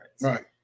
Right